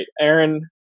Aaron